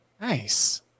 Nice